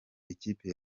ikipe